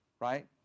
right